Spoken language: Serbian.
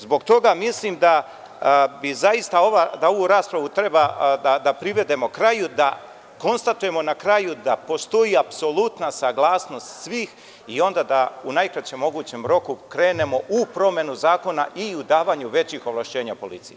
Zbog toga mislim da ovu raspravu treba da privedemo kraju, da konstatujemo da postoji apsolutna saglasnost svih i onda da u najkraćem mogućem roku krenemo u promenu zakona i u davanju većih ovlašćenja policiji.